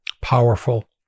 Powerful